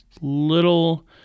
little